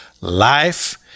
life